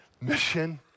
mission